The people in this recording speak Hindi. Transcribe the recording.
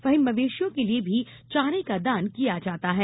वही मवेषियों के लिये भी चारे का दान किया जाता है